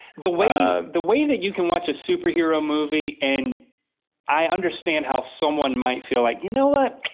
the way the way that you can watch a superhero movie and i understand how someone might feel like, you know what,